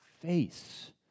face